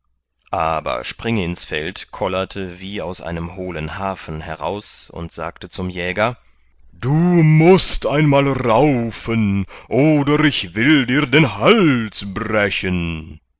aber springinsfeld kollerte wie aus einem hohlen hafen heraus und sagte zum jäger du mußt einmal raufen oder ich will dir den hals brechen